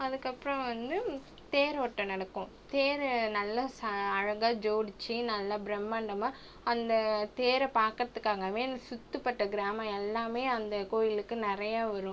அதுக்கப்புறம் வந்து தேரோட்டம் நடக்கும் தேர நல்லா ச அழகாக ஜோடித்து நல்லா பிரம்மாண்டமாக அந்த தேர பார்க்கறதுக்காகவே அந்த சுற்றுப்பட்ட கிராமம் எல்லாமே அந்த கோவிலுக்கு நிறைய வரும்